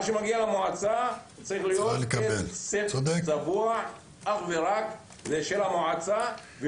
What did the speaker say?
מה שמגיע למועצה צריך להיות צבוע אך ורק בשביל המועצה.